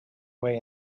way